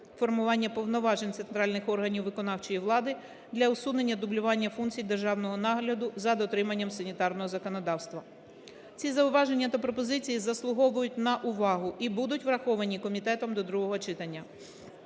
формування повноважень центральних органів виконавчої влади для усунення дублювання функцій державного нагляду за дотриманням санітарного законодавства. Ці зауваження та пропозиції заслуговують на увагу і будуть враховані комітетом до другого читання.